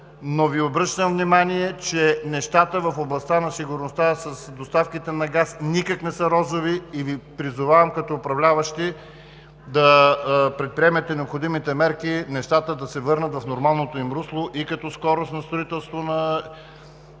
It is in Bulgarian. Ви обръщам внимание, че нещата в областта на сигурността с доставките на газ никак не са розови и Ви призовавам като управляващи да предприемете необходимите мерки нещата да се върнат в нормалното им русло и като скоростно строителство на